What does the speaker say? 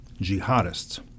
jihadists